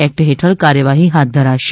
act હેઠળ કાર્યવાહી હાથ ધરાશે